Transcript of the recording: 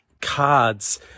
Cards